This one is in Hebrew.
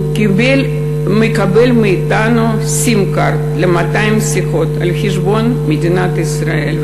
הוא מקבל מאתנו sim-card ל-200 שיחות על-חשבון מדינת ישראל.